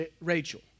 Rachel